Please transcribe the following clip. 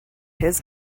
his